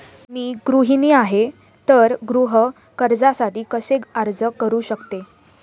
मी गृहिणी आहे तर गृह कर्जासाठी कसे अर्ज करू शकते?